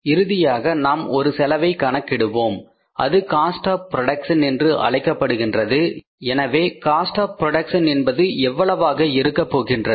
இறுதியாக நாம் ஒரு செலவை கணக்கிடுவோம் அது காஸ்ட் ஆஃ புரோடக்சன் என்று அழைக்கப்படுகின்றது எனவே காஸ்ட் ஆஃ புரோடக்சன் என்பது எவ்வளவாக இருக்க போகின்றது